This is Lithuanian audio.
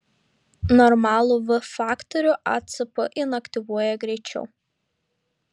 normalų v faktorių acp inaktyvuoja greičiau